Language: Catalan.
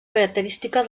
característica